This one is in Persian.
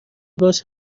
باهاش